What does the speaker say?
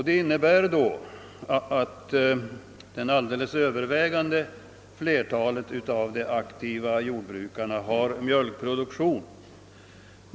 Det innebär att det övervägande flertalet av de aktiva jordbrukarna driver mjölkproduktion.